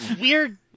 Weird